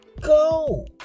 go